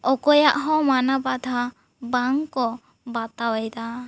ᱚᱠᱚᱭᱟᱜ ᱦᱚᱸ ᱢᱟᱱᱟ ᱵᱟᱛᱷᱟ ᱵᱟᱝ ᱠᱚ ᱵᱟᱛᱟᱣ ᱮᱫᱟ